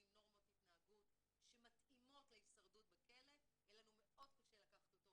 נורמות התנהגות שמתאימות להישרדות בכלא יהיה לנו מאוד קשה לקחת אותו